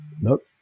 Nope